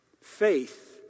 Faith